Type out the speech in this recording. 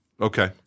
Okay